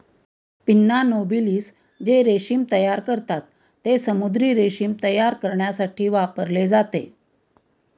pinna nobilis जे रेशीम तयार करतात, ते समुद्री रेशीम तयार करण्यासाठी वापरले जाते